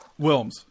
Wilms